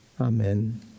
Amen